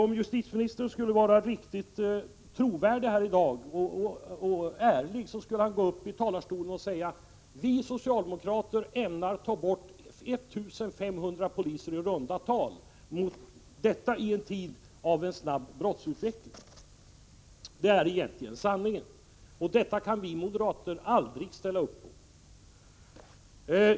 Om justitieministern ville vara ärlig, borde han gå upp i talarstolen och säga: Vi socialdemokrater ämnar ta bort i runt tal 1500 poliser, och detta i en tid av en snabb brottsutveckling. Det är egentligen sanningen. Detta kan vi moderater aldrig ställa upp på.